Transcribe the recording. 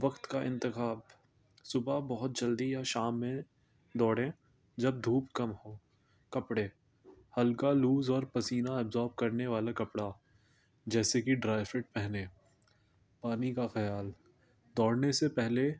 وقت کا انتخاب صبح بہت جلدی یا شام میں دوڑیں جب دھوپ کم ہو کپڑے ہلکا لوز اور پسینہ ایبزارب کرنے والا کپڑا جیسے کہ ڈرائی فٹ پہننے پانی کا خیال دوڑنے سے پہلے